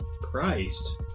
Christ